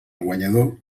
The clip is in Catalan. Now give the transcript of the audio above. guanyador